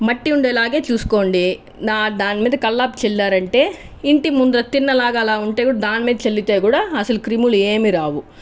మట్టి ఉండే లాగే చూసుకోండి దానిమీద కల్లాపి చల్లారంటే ఇంటి ముందర తిన్నలగా అలా వుంటే దానిమీద కూడా చల్లితే కూడా క్రిములు ఏమీ రావు